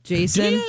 Jason